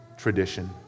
tradition